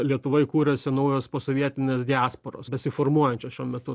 lietuvoj kūrėsi naujos posovietinės diasporos besiformuojančios šiuo metu